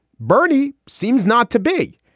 bernie seems not to be.